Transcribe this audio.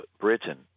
Britain